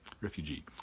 refugee